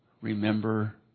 remember